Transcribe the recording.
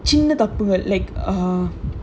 சின்ன தப்புகள்:chinna thappugal like um